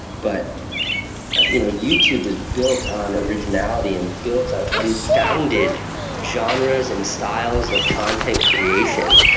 but you know youtube is built on originality and built on unfounded genres and styles of content creation.